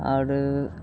आओर